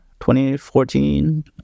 2014